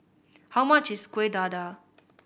how much is Kuih Dadar